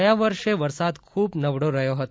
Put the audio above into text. ગયા વર્ષે વરસાદ ખૂબ નબળો રહ્યો હતો